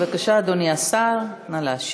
בבקשה, אדוני השר, נא להשיב.